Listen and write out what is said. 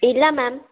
ಇಲ್ಲ ಮ್ಯಾಮ್